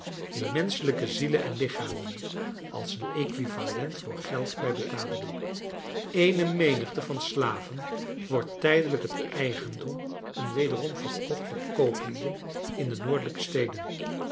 in menschelijke zielen en lichamen als een equivalent voor geld bij betalingen eene menigte van slaven wordt tijdelijk het eigendom en wederom verkocht door kooplieden in de noordelijke steden